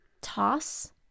toss